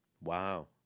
Wow